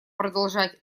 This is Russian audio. продолжать